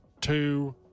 Two